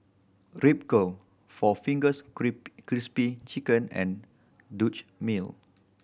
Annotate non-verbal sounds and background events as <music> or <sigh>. Ripcurl Four Fingers <unintelligible> Crispy Chicken and Dutch Mill